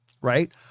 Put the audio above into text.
right